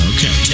Okay